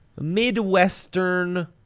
Midwestern